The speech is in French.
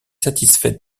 satisfaite